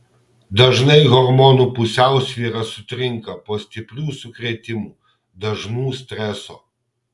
dažnai hormonų pusiausvyra sutrinka po stiprių sukrėtimų dažnų streso